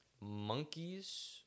Monkeys